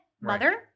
mother